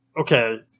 okay